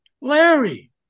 Larry